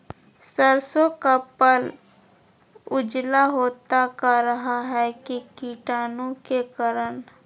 सरसो का पल उजला होता का रहा है की कीटाणु के करण?